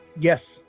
Yes